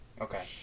okay